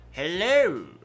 Hello